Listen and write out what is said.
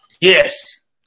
Yes